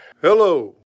hello